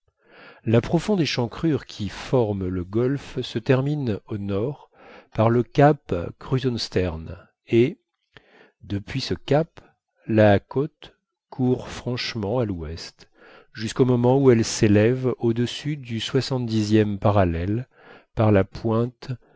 la profonde échancrure qui forme le golfe se termine au nord par le cap krusenstern et depuis ce cap la côte court franchement à l'ouest jusqu'au moment où elle s'élève au-dessus du soixante dixième parallèle par la pointe